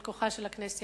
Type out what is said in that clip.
על כוחה של הכנסת,